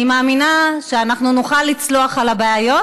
אני מאמינה שנוכל לצלוח את הבעיות